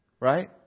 right